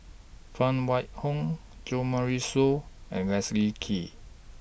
Phan Wait Hong Jo Marion Seow and Leslie Kee